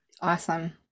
Awesome